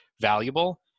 valuable